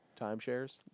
timeshares